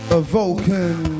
evoking